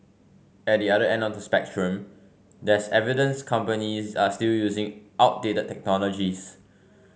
at the other end of the spectrum there's evidence companies are still using outdated technologies